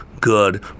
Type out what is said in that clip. good